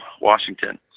Washington